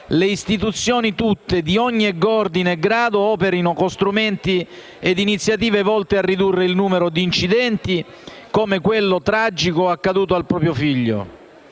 le istituzioni tutte di ogni ordine e grado operino con strumenti ed iniziative volte a ridurre il numero di incidenti, come quello tragico accaduto al proprio figlio.